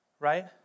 right